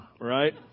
Right